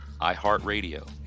iHeartRadio